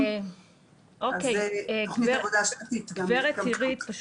באגף ההכשרות יש